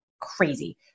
crazy